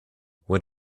what